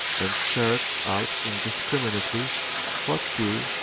and serves out indiscriminately hot tea,